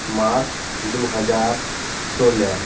मार्च दुइ हजार सोलह